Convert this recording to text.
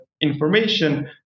information